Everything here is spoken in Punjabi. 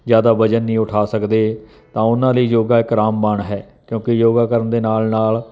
ਜ਼ਿਆਦਾ ਵਜਨ ਨਹੀਂ ਉਠਾ ਸਕਦੇ ਤਾਂ ਉਹਨਾਂ ਲਈ ਯੋਗਾ ਇੱਕ ਰਾਮ ਬਾਣ ਹੈ ਕਿਉਂਕਿ ਯੋਗਾ ਕਰਨ ਦੇ ਨਾਲ ਨਾਲ